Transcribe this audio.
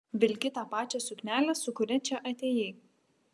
vilki tą pačią suknelę su kuria čia atėjai